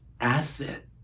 asset